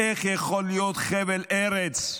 איך יכול להיות חבל ארץ,